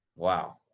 Wow